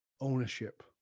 ownership